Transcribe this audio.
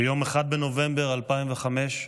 ביום 1 בנובמבר 2005,